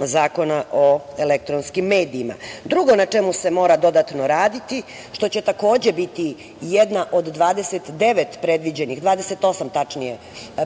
Zakona o elektronskim medijima. Drugo na čemu se mora dodatno raditi, što će takođe biti jedna od 28